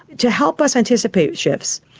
to help us anticipate shifts.